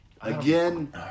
Again